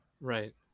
Right